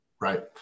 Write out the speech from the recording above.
Right